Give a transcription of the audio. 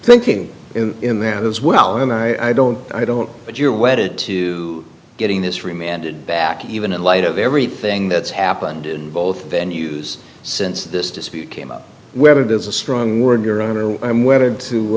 thinking in that as well and i don't i don't but you're wedded to getting this remanded back even in light of everything that's happened in both venue's since this dispute came up whether it is a strong word